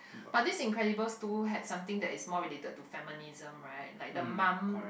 but this Incredible two has something that is more related to feminism right like the mum